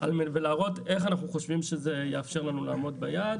ולהראות איך אנחנו חושבים שזה יאפשר לנו לעמוד ביעד.